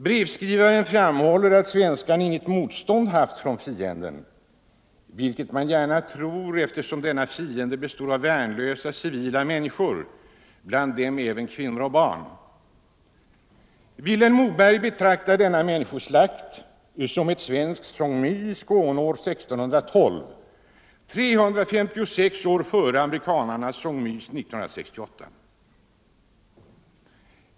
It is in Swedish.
Brevskrivaren framhåller, att svenskarna "inget motstånd haft från fienden” - vilket man gärna tror, eftersom denne fiende bestod av värnlösa civila människor, bland dem även kvinnor och barn.” Vilhelm Moberg betraktar denna människoslaktning som ett svenskt Song My i Skåne år 1612, 356 år före amerikanarnas Song My 1968.